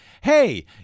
Hey